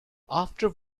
after